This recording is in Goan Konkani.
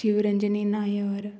शिवरंजनी नायर